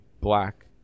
black